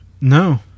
No